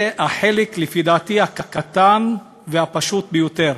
זה החלק, לפי דעתי, הקטן והפשוט ביותר.